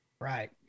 Right